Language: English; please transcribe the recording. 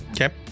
Okay